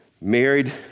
Married